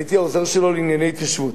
הייתי העוזר שלו לענייני התיישבות,